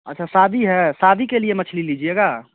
अच्छा शादी है शादी के लिए मछली लीजिएगा